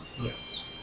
Yes